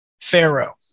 Pharaoh